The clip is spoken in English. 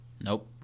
Nope